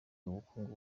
ubukungu